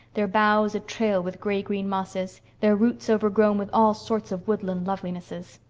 their boughs a-trail with gray-green mosses, their roots overgrown with all sorts of woodland lovelinesses.